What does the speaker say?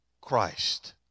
Christ